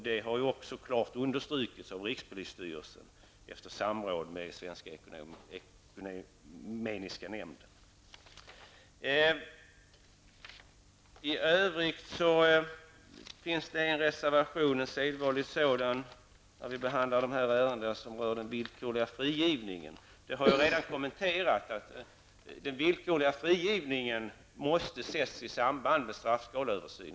Det har också klart understrukits av rikspolisstyrelsen i samråd med Reservation 9 berör frågan om villkorlig frigivning, en sedvanlig reservation när vi behandlar frågor av detta slag. Det har redan sagts att den villkorliga frigivningen måste sättas i samband med straffskaleöversynen.